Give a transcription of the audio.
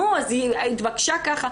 נו, אז התבקשה ככה.